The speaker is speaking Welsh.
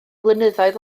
flynyddoedd